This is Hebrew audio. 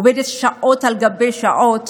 עובדת שעות על גבי שעות